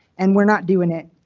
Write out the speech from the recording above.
and we're not doing it.